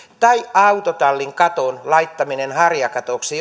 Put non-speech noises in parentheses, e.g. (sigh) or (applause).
tai autotallin tasakaton laittaminen harjakatoksi (unintelligible)